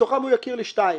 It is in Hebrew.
מתוכם הוא יכיר לי שניים.